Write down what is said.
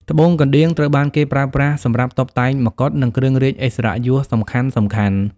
ត្បូងកណ្ដៀងត្រូវបានគេប្រើប្រាស់សម្រាប់តុបតែងមកុដ និងគ្រឿងរាជឥស្សរិយយសសំខាន់ៗ។